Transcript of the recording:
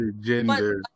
gender